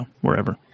wherever